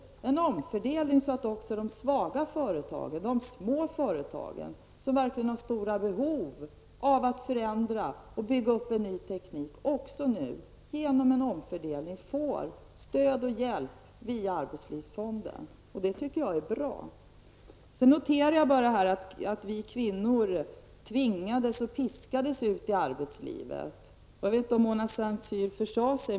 Det är en omfördelning så att också de svaga företagen, de små företagen, som verkligen har stora behov av att förändra och bygga upp ny teknik också får stöd och hjälp via arbetslivsfonden. Det tycker jag är bra. Jag noterar att vi kvinnor tvingades och piskades ut i arbetslivet. Jag vet inte om Mona Saint Cyr försade sig.